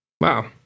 wow